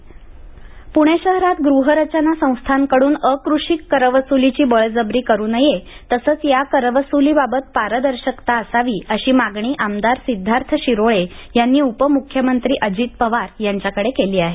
NA करवसली पूर्णे शहरात गृहरचना संस्थाकडून अकृषिक करवसुलीची बळजबरी करु नये तसंच या करवसुली बाबत पारदर्शकता असावी अशी मागणी आमदार सिद्धार्थ शिरोळे यांनी उपमुख्यमंत्री अजित पवार यांच्याकडे केली आहे